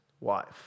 wife